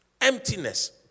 Emptiness